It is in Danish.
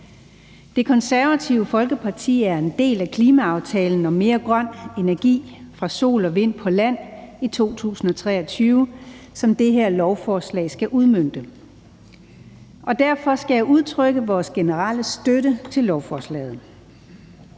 Det Konservative Folkeparti er en del af klimaaftalen om mere grøn energi fra sol og vind på land i 2023, som det her lovforslag skal udmønte. Derfor skal jeg udtrykke vores generelle støtte til lovforslaget.